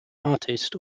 artist